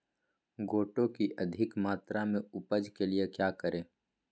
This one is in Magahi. गोटो की अधिक मात्रा में उपज के लिए क्या करें?